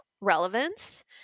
relevance